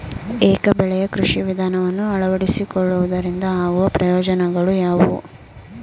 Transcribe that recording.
ಏಕ ಬೆಳೆಯ ಕೃಷಿ ವಿಧಾನವನ್ನು ಅಳವಡಿಸಿಕೊಳ್ಳುವುದರಿಂದ ಆಗುವ ಪ್ರಯೋಜನಗಳು ಯಾವುವು?